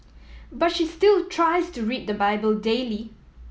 but she still tries to read the Bible daily